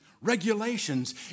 regulations